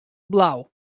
blau